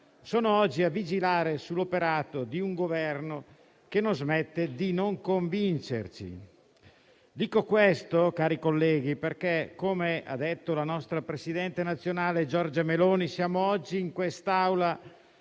sono a vigilare sull'operato di un Governo che non smette di non convincerci. Cari colleghi, dico ciò perché, come ha detto la nostra Presidente nazionale, Giorgia Meloni, oggi siamo in quest'Aula